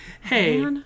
Hey